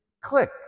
click